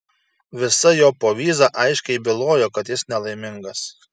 visa jo povyza aiškiai bylojo kad jis nelaimingas